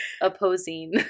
opposing